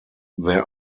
there